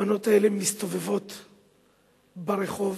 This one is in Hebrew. הבנות האלה מסתובבות ברחוב.